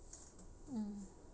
mm